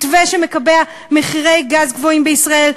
מתווה שמקבע מחירי גז גבוהים בישראל,